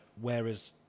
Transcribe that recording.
whereas